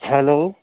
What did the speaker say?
hello